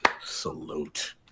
salute